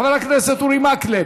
חבר הכנסת אורי מקלב,